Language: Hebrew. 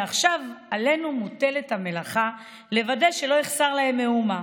ועכשיו עלינו מוטלת המלאכה לוודא שלא יחסר להם מאומה.